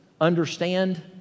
understand